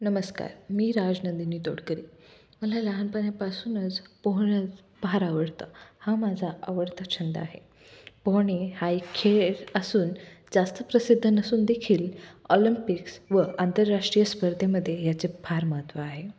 नमस्कार मी राजनंदिनी तोडकरी मला लहानपण्यापासूनच पोहणे फार आवडतं हा माझा आवडता छंद आहे पोहणे हा एक खेळ असून जास्त प्रसिद्ध नसून देेखील ऑलंपिक्स व आंतरराष्ट्रीय स्पर्धेमध्ये याचे फार महत्त्व आहे